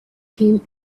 him